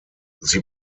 sie